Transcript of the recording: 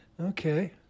okay